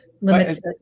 limited